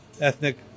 ethnic